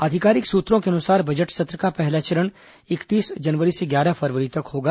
आधिकारिक सूत्रों के अनुसार बजट सत्र का पहला चरण इकतीस जनवरी से ग्यारह फरवरी तक होगा